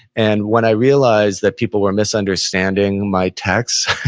and when i realized that people were misunderstanding my text,